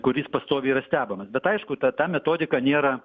kuris pastoviai yra stebimas bet aišku ta ta metodika nėra